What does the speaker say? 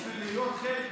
בשביל להיות חלק מהמחאה,